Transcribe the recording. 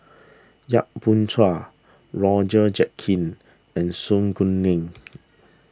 Yap Boon Chuan Roger Jenkins and Su Guaning